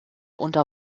unter